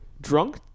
Drunk